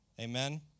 Amen